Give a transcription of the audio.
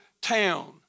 town